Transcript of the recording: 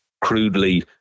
crudely